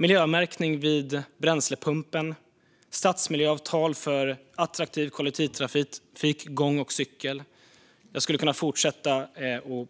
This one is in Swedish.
Miljömärkning vid bränslepumpen, stadsmiljöavtal för attraktiv kollektivtrafik, gång och cykel - jag skulle kunna fortsätta. På